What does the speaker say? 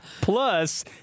Plus